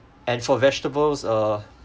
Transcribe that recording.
and for vegetables uh